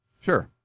Sure